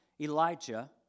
Elijah